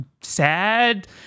sad